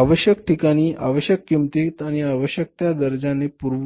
आवश्यक ठिकाणी आवश्यक किमतीत आणि आवश्यक त्या दर्जाचे